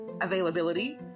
availability